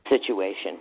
situation